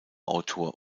autor